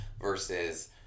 versus